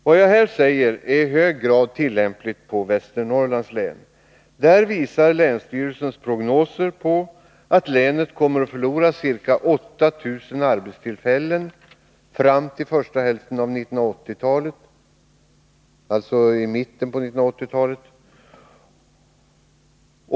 Vad jag här säger är i hög grad tillämpligt på Västernorrlands län. Där visar länsstyrelsens prognoser på att länet kommer att förlora ca 8 000 arbetstillfällen fram till slutet på första hälften av 1980-talet.